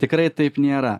tikrai taip nėra